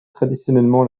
traditionnellement